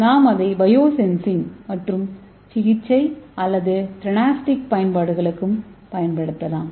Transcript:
நாம் அதை bio sensing மற்றும் சிகிச்சை அல்லது தெரனோஸ்டிக் பயன்பாடுகளுக்கும் பயன்படுத்தலாம்